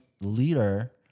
leader